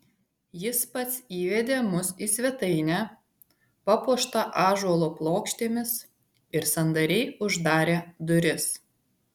jis pats įvedė mus į svetainę papuoštą ąžuolo plokštėmis ir sandariai uždarė duris